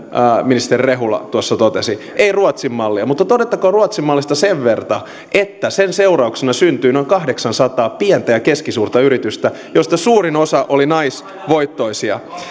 ministeri rehula tuossa totesi ei ruotsin mallia mutta todettakoon ruotsin mallista sen verran että sen seurauksena syntyi noin kahdeksansataa pientä ja keskisuurta yritystä joista suurin osa oli naisvoittoisia